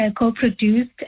co-produced